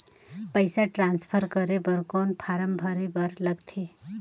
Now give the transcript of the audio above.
पईसा ट्रांसफर करे बर कौन फारम भरे बर लगथे?